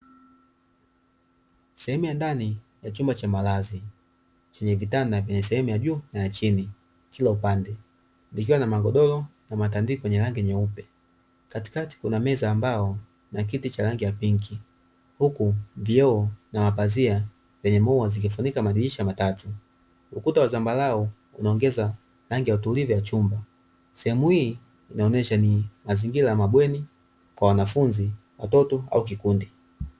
Sehemu ya ndani ya chumba cha malazi, chenye vitanda vyenye sehemu ya juu na ya chini kila upande, vikiwa na magodoro na matandiko yenye rangi nyeupe, katikati kuna meza ya mbao na kiti cha rangi ya pinki, huku vioo na mapazia vyenye maua vikifunika madirisha ya chumba matatu. Ukuta wa zambarau unaongeza rangi ya utulivu ya chumba. Sehemu hii inaonesha ni mazingira ya mabweni kwa wanafunzi, watoto au kikundi.